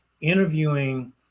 interviewing